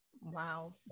Wow